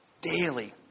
daily